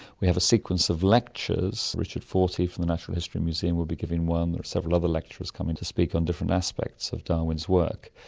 we have a sequence of lectures. richard fortey from the natural history museum will be giving one, there are several other lecturers come and to speak on different aspects of darwin's work.